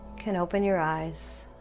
can open your eyes